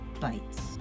bites